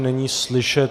Není slyšet.